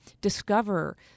discover